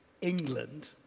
England